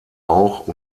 auch